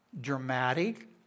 dramatic